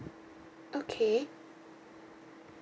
okay